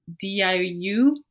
diu